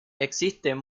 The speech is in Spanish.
existen